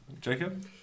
Jacob